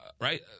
right